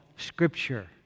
scripture